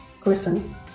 Griffin